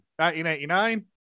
1989